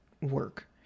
work